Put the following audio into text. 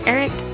Eric